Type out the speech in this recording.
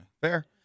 Fair